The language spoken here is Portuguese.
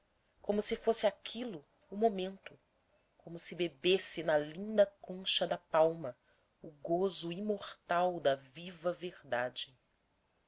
como se fosse aquilo o momento como se bebesse na linda concha da palma o gozo imortal da viva verdade